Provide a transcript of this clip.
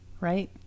right